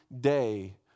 day